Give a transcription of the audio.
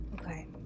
Okay